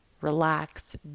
relax